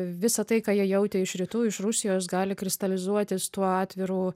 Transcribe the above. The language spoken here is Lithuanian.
visa tai ką jie jautė iš rytų iš rusijos gali kristalizuotis tuo atviru